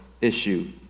issue